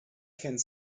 kennt